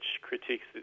critiques